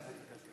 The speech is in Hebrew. אל תגזים.